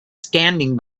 standing